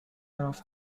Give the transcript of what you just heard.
off